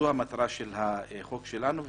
זו המטרה של החוק שלנו.